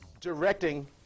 directing